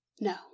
No